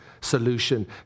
solution